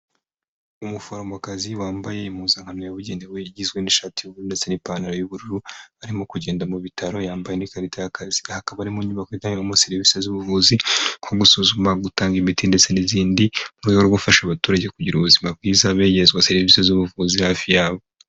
Umuforomokazi wambaye impuzankano yabugenewe igigizwe n'ishati ndetse n'ipanta y'ubururu arimo kugenda mu bitaro yambaye n'ikarita hakaba arimo nyubako ijyanye na serivisi z'ubuvuzi mu guzuma gutanga imiti ndetse n'izindi rwego rwo gufasha abaturage kugira ubuzima bwiza begerezwa serivisi z'ubuvuzi hafi yabo.